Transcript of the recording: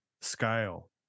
scale